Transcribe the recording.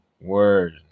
word